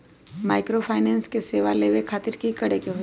Microfinance के सेवा लेबे खातीर की करे के होई?